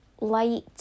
light